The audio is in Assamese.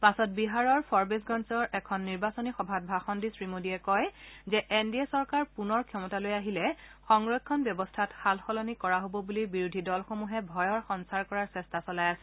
পাছত বিহাৰৰ ফৰবেচগঞ্জৰ এখন নিৰ্বাচনী সভাত ভাষণ দি শ্ৰীমোদীয়ে কয় যে এন ডি এ চৰকাৰ পুনৰ ক্ষমতালৈ আহিলে সংৰক্ষণ ব্যৱস্থাত সাল সলনি কৰা হ'ব বুলি বিৰোধী দলসমূহে ভয়ৰ সঞ্চাৰ কৰাৰ চেষ্টা চলাই আছে